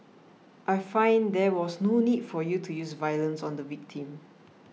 I find there was no need for you to use violence on the victim